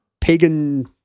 pagan